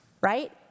right